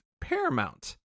Paramount